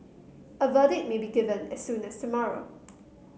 a verdict may be given as soon as tomorrow